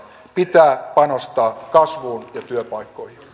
pitää panostaa kasvuun ja työpaikkoihin